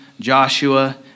Joshua